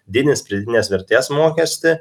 didins pridėtinės vertės mokestį